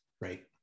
right